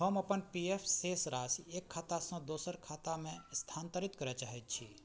हम अपन P F शेष राशि एक खातासँ दोसर खातामे स्थानान्तरित करय चाहैत छी